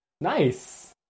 Nice